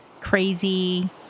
crazy